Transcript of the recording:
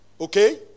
Okay